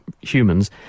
humans